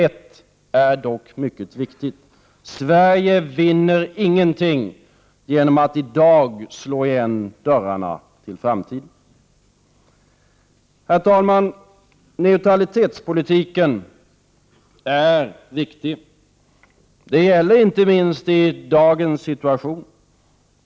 Ett är dock mycket viktigt: Sverige vinner ingenting genom att i dag slå igen dörrarna för framtiden. Herr talman! Neutralitetspolitiken är viktig. Det gäller inte minst i dagens situation.